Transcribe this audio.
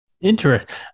Interesting